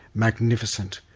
magnificent,